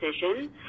decision